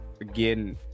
again